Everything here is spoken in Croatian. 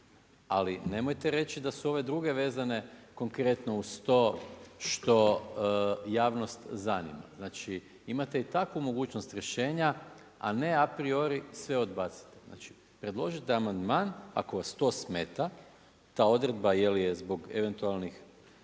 Ali nemojte reći da su ove druge vezane konkretno uz to što javnost zanima. Znači, imate i takvu mogućnost rješenja, a ne a priori sve odbacite. Znači, predložite amandman ako vas to smeta, ta odredba je li je zbog eventualnih